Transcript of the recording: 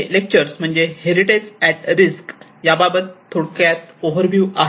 हे लेक्चर म्हणजे heritage at risk बाबत थोडक्यात ओव्हरह्यू आहे